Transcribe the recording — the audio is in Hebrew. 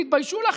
תתביישו לכם.